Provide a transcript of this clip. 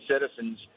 citizens